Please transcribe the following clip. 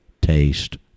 taste